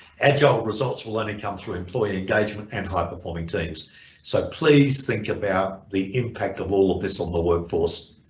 agile results will and come through employee engagement and high-performing teams so please think about the impact of all of this on the workforce.